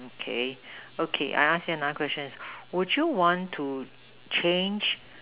okay okay I ask you another question would you want to change